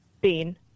Bean